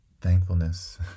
thankfulness